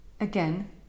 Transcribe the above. Again